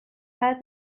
had